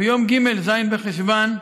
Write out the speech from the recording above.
ביום ג', ז' בחשוון,